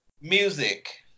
Music